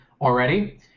already